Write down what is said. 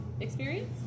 experience